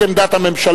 ומקבל את עמדת הממשלה,